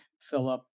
Philip